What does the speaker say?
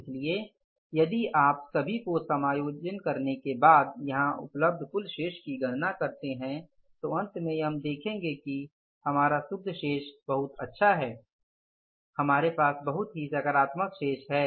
इसलिए यदि आप सभी को समायोजन करने के बाद यहाँ उपलब्ध कुल शेष की गणना करते हैं तो अंत में हम यह देखेंगे कि हमारा शुद्ध शेष बहुत अच्छाहै हमारे पास बहुत ही सकारात्मक शेष है